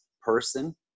person